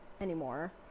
anymore